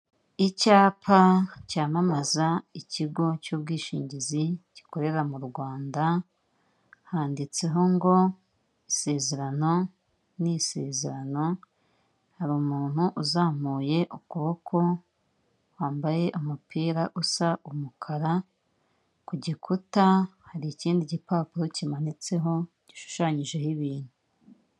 Icyapa cyamamaza ikigo cy'ubwishingizi gikorera mu Rwanda, handitseho ngo isezerano ni isezerano, hari umuntu uzamuye ukuboko kwambaye umupira usa umukara, ku gikuta hari ikindi gipapuro kimanitseho gishushanyijeho ibintu.